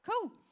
cool